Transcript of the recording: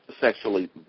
sexually